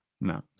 No